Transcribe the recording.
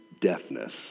deafness